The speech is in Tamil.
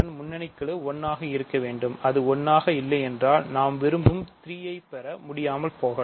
முன்னணி கெழு 1 ஆக இருக்க வேண்டும் அது 1ஆக இல்லையென்றால் நாம் விரும்பும் 3 ஐப் பெற முடியாமல் போகலாம்